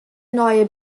neue